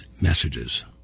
messages